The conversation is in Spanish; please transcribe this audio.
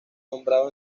nombrado